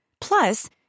Plus